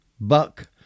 Buck